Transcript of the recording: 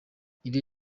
iri